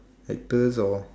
actors or